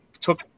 took